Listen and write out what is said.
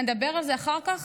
נדבר על זה אחר כך.